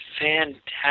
fantastic